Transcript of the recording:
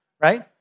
right